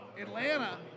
Atlanta